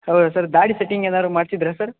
ಹೌದಾ ಸರ್ ದಾಡಿ ಸೆಟ್ಟಿಂಗ್ ಏನಾದ್ರು ಮಾಡಿಸಿದ್ರ ಸರ್